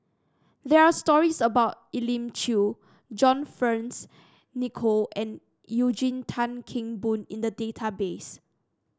there are stories about Elim Chew John Fearns Nicoll and Eugene Tan Kheng Boon in the database